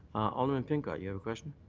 alderman pincott you have a question.